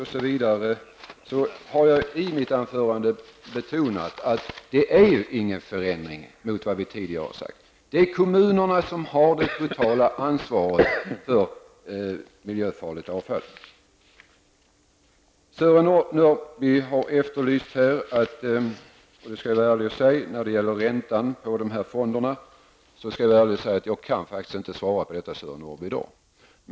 Jag har i mitt anförande betonat att det inte innebär någon förändring av vad vi tidigare har sagt. Det är kommunerna som har det totala ansvaret för miljöfarligt avfall. Sören Norrby har efterlyst svar när det gäller räntan på fondernas medel. Jag skall vara ärlig och säga att jag i dag inte kan svara på det.